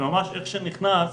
שממש איך שנכנס,